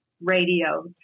radio